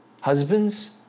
Husbands